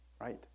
right